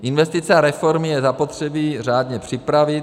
Investice a reformy je zapotřebí řádně připravit.